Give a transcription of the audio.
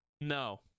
No